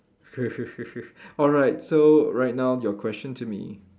alright so right now your question to me